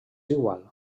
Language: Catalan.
igual